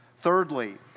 Thirdly